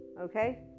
okay